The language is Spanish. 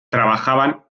trabajaban